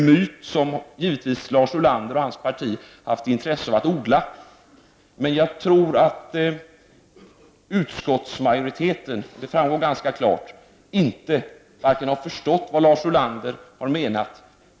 Det är en myt, som Lars Ulander och hans parti givetvis haft intresse av att odla, men jag tror att utskottsmajoriteten — det har framgått ganska klart — inte har förstått vad Lars Ulander har menat.